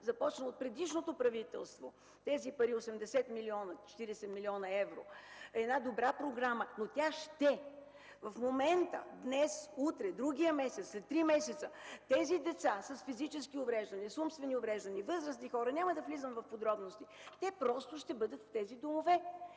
започна от предишното правителство, тези пари 40 млн. евро е една добра програма, но тя „ще”. В момента – днес, утре, другия месец, след три месеца тези деца с физически увреждания, с умствени увреждания и възрастни хора – няма да влизам в подробности, просто ще бъдат в тези домове.